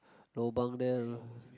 lobang then